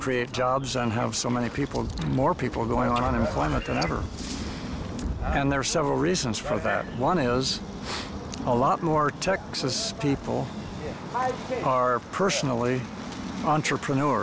create jobs and have so many people more people going on unemployment than ever and there are several reasons for that one is a lot more texas people are personally entrepreneur